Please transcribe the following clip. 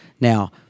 Now